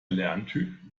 lerntyp